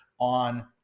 on